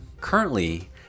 Currently